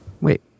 Wait